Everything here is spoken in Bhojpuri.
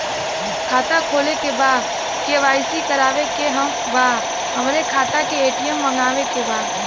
खाता खोले के बा के.वाइ.सी करावे के बा हमरे खाता के ए.टी.एम मगावे के बा?